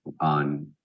on